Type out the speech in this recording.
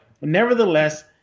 nevertheless